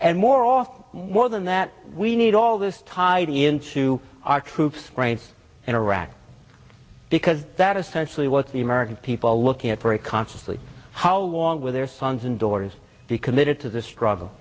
and more or more than that we need all this tied into our troops in iraq because that is essentially what the american people are looking at very consciously how long with their sons and daughters committed to this struggle